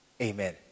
Amen